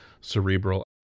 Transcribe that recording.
cerebral